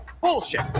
bullshit